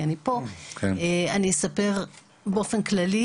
אני אספר באופן כללי,